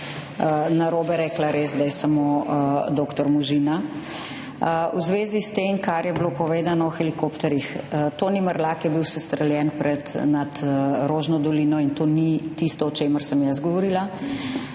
narobe rekla, da je samo dr. Možina. V zvezi s tem, kar je bilo povedano o helikopterjih, Toni Mrlak je bil sestreljen nad Rožno dolino in to ni tisto, o čemer sem jaz govorila.